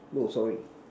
no sorry